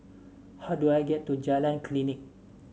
how do I get to Jalan Klinik